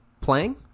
playing